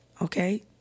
okay